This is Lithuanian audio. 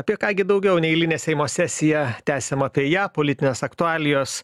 apie ką gi daugiau neeilinę seimo sesiją tęsiam apie ją politinės aktualijos